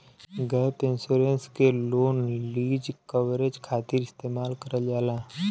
gap insurance के loan lease coverage खातिर इस्तेमाल करल जाला